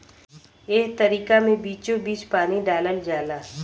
एह तरीका मे बीचोबीच पानी डालल जाला